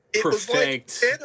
perfect